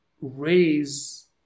raise